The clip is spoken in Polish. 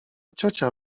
ciocia